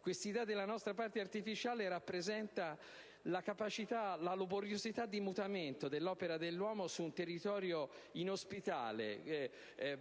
Questa idea della nostra patria artificiale rappresenta la capacità e la laboriosità di mutamento dell'opera dell'uomo su un territorio inospitale,